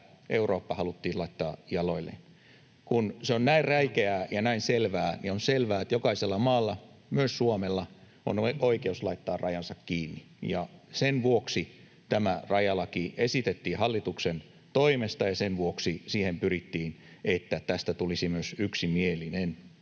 Eurooppa haluttiin laittaa polvilleen. Kun se on näin räikeää ja näin selvää, niin on selvää, että jokaisella maalla, myös Suomella, on oikeus laittaa rajansa kiinni. Sen vuoksi tämä rajalaki esitettiin hallituksen toimesta, ja sen vuoksi pyrittiin siihen, että tästä tulisi myös yksimielinen.